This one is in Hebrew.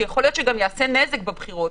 שיכול להיות שיעשה נזק בבחירות.